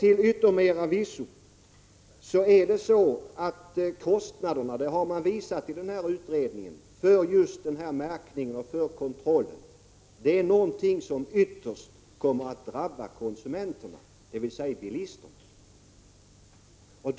Till yttermera visso kommer kostnaderna — det har man visat i utredningen - för märkning och kontroll att ytterst drabba konsumenterna, dvs. bilisterna.